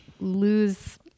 lose